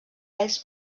ells